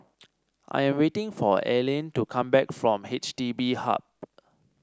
I'm waiting for Aylin to come back from H D B Hub